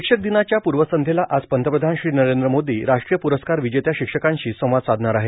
शिक्षकदिनाच्या पूर्वसंध्येला आज पंतप्रधान श्री नरेंद्र मोदी राष्ट्रीय पूरस्कार विजेत्या शिक्षकांशी संवाद साधणार आहेत